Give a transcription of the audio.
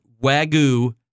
Wagyu